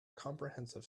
comprehensive